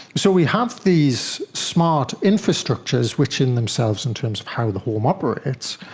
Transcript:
so we have these smart infrastructures which in themselves in terms of how the home operates,